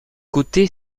côté